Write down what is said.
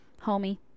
homie